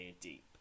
deep